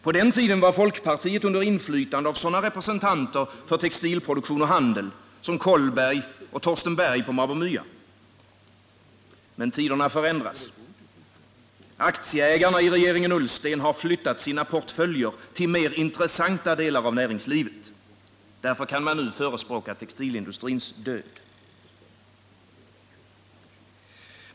På den tiden var folkpartiet under inflytande av sådana representanter för textilproduktion och handel som Gustaf Kollberg och Thorsten C. Bergh på Mab och Mya. Men tiderna förändras. Aktieägarna i regeringen Ullsten har flyttat sina portföljer till mer intressanta delar av näringslivet. Därför kan de nu förespråka textilindustrins död.